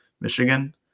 Michigan